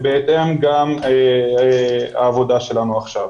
בהתאם גם העבודה שלנו עכשיו.